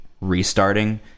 restarting